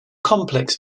complex